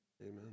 Amen